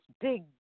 big